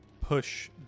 push